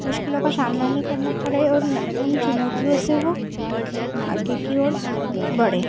मुश्किलों का सामना ना करना पड़े और उन चुनौतियों से वो आगे की ओर बढ़े